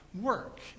work